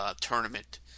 tournament